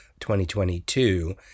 2022